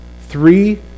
three